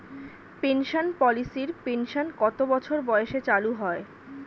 Pension পলিসির pension কত বছর বয়সে চালু হয়?